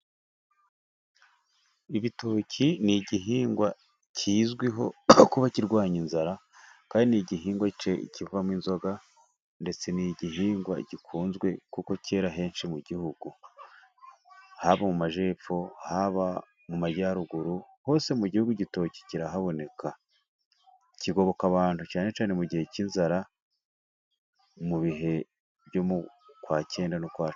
Ibitoki ni igihingwa kizwiho kuba kirwanya inzara kandi ni igihingwa cye kivamo inzoga, ndetse ni igihingwa gikunzwe kuko cyera henshi mu gihugu haba mu majyepfo, haba mu majyaruguru hose mu gihugu igitoki kirahaboneka. Kigoboka abantu cyane cyane mu gihe cy'inzara, mu bihe byo mukwa cyenda n'ukwa...